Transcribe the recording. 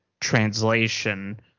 translation